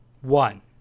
one